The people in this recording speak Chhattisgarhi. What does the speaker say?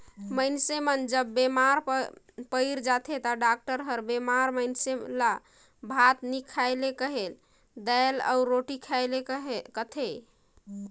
मइनसे जब बेमार पइर जाथे ता डॉक्टर हर बेमार मइनसे ल भात नी खाए ले कहेल, दाएल अउ रोटी खाए ले कहथे